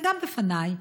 וגם בפניי,